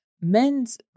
men's